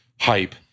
hype